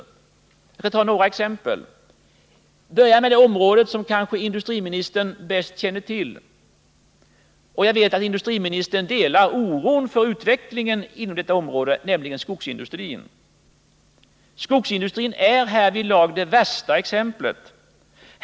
Jag skall ta några exempel, och jag börjar med det område som industriministern kanske bäst känner till. Jag vet att industriministern delar oron för utvecklingen inom detta område, nämligen skogsindustrin. Skogsindustrin är härvidlag det värsta exemplet.